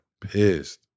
Pissed